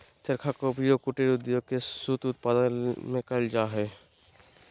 चरखा के उपयोग कुटीर उद्योग में सूत उत्पादन में करल जा हई